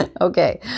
Okay